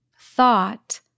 thought